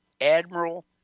Admiral